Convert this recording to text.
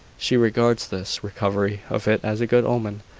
she regards this recovery of it as a good omen,